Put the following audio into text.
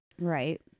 right